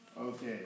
Okay